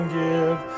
give